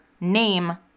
name